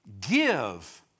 Give